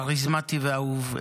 כריזמטי ואהוב,